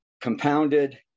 compounded